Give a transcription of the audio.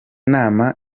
nama